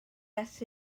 ers